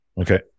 Okay